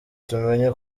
tumenye